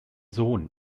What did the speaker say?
sohn